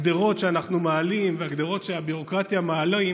הגדרות שאנחנו מעלים והגדרות שהביורוקרטיה מעלה,